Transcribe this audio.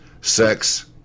Sex